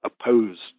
opposed